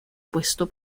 puesto